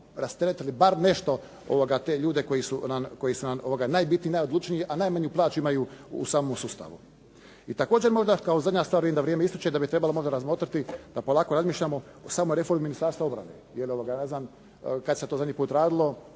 rasteretili bar nešto te ljude koji su nam najbitniji, najodlučniji, a najmanju plaću imaju u samom sustavu. I također možda kao zadnja stvar, vidim da vrijeme ističe, da bi trebalo možda razmotriti da polako razmišljamo o samoj reformi Ministarstva obrane jer ne znam kad se to zadnji put radilo.